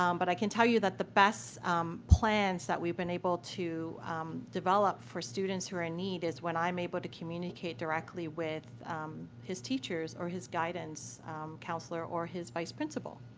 um but i can tell you that the best plans that we've been able to develop for students who are in need is when i'm able to communicate directly with his teachers or his guidance counsellor or his vice principal,